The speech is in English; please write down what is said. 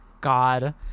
god